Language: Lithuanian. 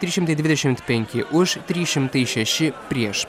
trys šimtai dvidešimt penki už trys šimtai šeši prieš